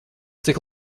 cik